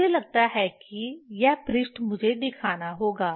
मुझे लगता है कि यह पृष्ठ मुझे दिखाना होगा